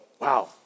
wow